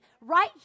right